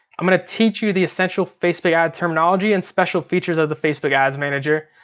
i'm gonna teach you the essential facebook ad terminology, and special features of the facebook ads manager.